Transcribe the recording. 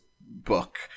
book